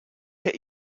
que